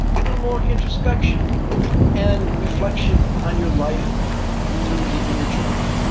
a little more introspection and reflection on your life through keeping a journal.